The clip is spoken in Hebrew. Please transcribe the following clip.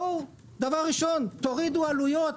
דבר ראשון, תורידו עלויות.